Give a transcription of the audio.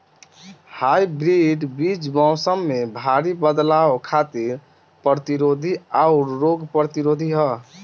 hybrid बीज मौसम में भारी बदलाव खातिर प्रतिरोधी आउर रोग प्रतिरोधी ह